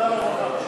העבודה והרווחה.